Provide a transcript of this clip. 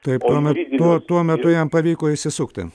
taip tuo tuo metu jam pavyko išsisukti